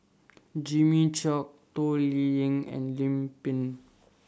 Jimmy Chok Toh Liying and Lim Pin